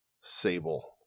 Sable